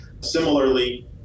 Similarly